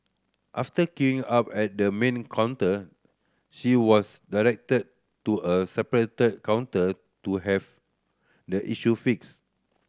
after queuing up at the main counter she was directed to a separated counter to have the issue fixed